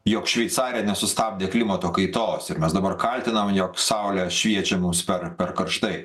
jog šveicarija nesustabdė klimato kaitos ir mes dabar kaltinam jog saulė šviečia mums per per karštai